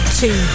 two